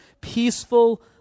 peaceful